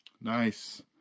Nice